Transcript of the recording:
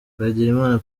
twagirimana